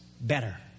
better